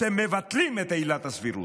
אתם מבטלים את עילת הסבירות.